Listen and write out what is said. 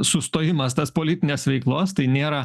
sustojimas tas politinės veiklos tai nėra